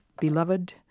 beloved